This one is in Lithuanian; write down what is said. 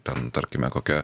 ten tarkime kokia